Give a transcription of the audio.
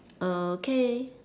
okay